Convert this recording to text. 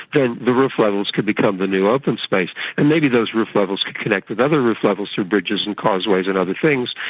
then the roof levels could become the new open space. and maybe those roof levels could connect with other roof levels through bridges and causeways and other things,